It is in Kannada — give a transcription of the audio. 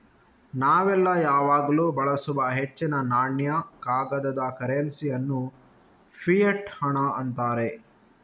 ನಾವೆಲ್ಲ ಯಾವಾಗ್ಲೂ ಬಳಸುವ ಹೆಚ್ಚಿನ ನಾಣ್ಯ, ಕಾಗದದ ಕರೆನ್ಸಿ ಅನ್ನು ಫಿಯಟ್ ಹಣ ಅಂತಾರೆ